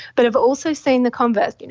but i've also seen the converse, you know,